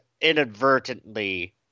inadvertently